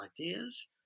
ideas